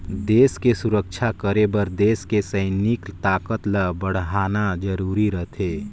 देस के सुरक्छा करे बर देस के सइनिक ताकत ल बड़हाना जरूरी रथें